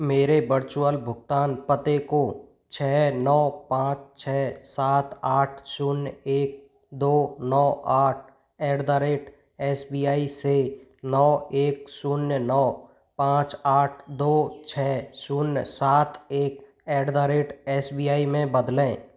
मेरे वर्चुअल भुगतान पते को छः नौ पाँच छः सात आठ शून्य एक दौ नौ आठ at the rate S B I से नौ एक शून्य नौ पाँच आठ दो छः शून्य सात एक at the rate S B I में बदलें